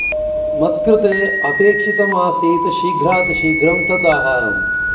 मत्कृते अपेक्षितमासीत् शीघ्रातिशीघ्रं तद् आहारम्